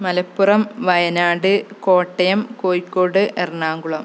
Malappuram Wayanad Kottayam Kozhikode Ernakulam